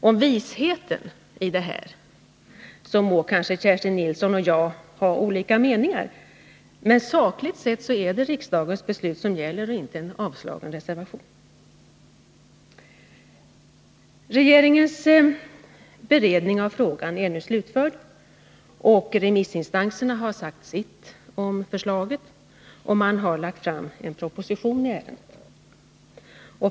Om visheten i detta må Kerstin Nilsson och jag ha olika meningar, men sakligt sett är det riksdagens beslut som gäller och inte en avslagen reservation. Regeringens beredning av frågan är nu slutförd. Remissinstanserna har sagt sitt om förslaget, och man har lagt fram en proposition i ärendet.